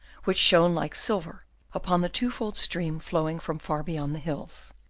which shone like silver upon the two-fold stream flowing from far beyond the hills.